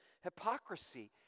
hypocrisy